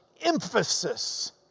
emphasis